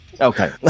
Okay